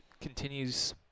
continues